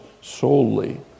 solely